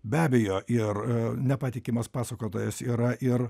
be abejo ir nepatikimas pasakotojas yra ir